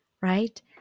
right